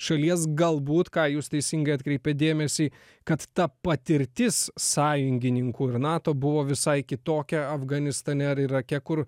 šalies galbūt ką jūs teisingai atkreipėt dėmesį kad ta patirtis sąjungininkų ir nato buvo visai kitokia afganistane ar irake kur